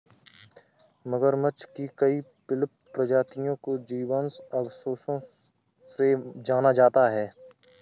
मगरमच्छ की कई विलुप्त प्रजातियों को जीवाश्म अवशेषों से जाना जाता है